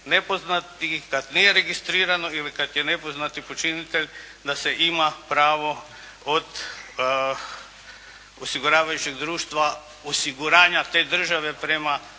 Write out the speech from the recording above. nepoznati i kada nije registrirano ili kada je nepoznati počinitelj da se ima pravo od osiguravajućeg društva osiguranja te države prema